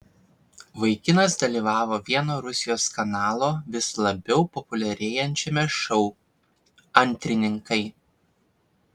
vaikinas dalyvavo vieno rusijos kanalo vis labiau populiarėjančiame šou antrininkai